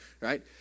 right